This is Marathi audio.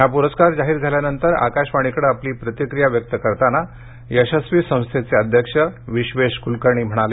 हा पुरस्कार जाहीर झाल्यानंतर आकाशवाणीकडे आपली प्रतिक्रिया व्यक्त करताना यशस्वी संस्थेचे अध्यक्ष विश्वेश क्लकर्णी म्हणाले